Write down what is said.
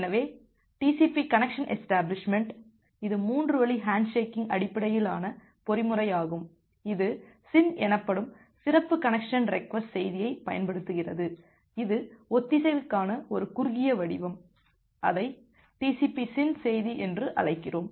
எனவே TCP connection establishment இது மூன்று வழி ஹேண்ட்ஷேக்கிங் அடிப்படையிலான பொறிமுறையாகும் இது SYN எனப்படும் சிறப்பு கனெக்சன் ரெக்வஸ்ட் செய்தியைப் பயன்படுத்துகிறது இது ஒத்திசைவுக்கான ஒரு குறுகிய வடிவம் அதை TCP SYN செய்தி என்று அழைக்கிறோம்